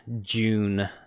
june